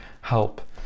help